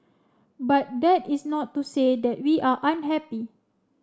but that is not to say that we are unhappy